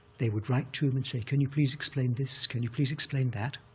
they would write to him and say, can you please explain this? can you please explain that?